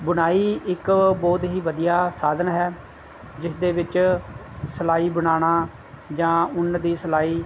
ਬੁਣਾਈ ਇੱਕ ਬਹੁਤ ਹੀ ਵਧੀਆ ਸਾਧਨ ਹੈ ਜਿਸ ਦੇ ਵਿੱਚ ਸਿਲਾਈ ਬਣਾਉਣਾ ਜਾਂ ਉੱਨ ਦੀ ਸਿਲਾਈ